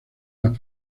las